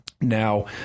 now